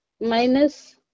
minus